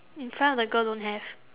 in front of the girl don't have